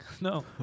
No